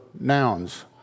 nouns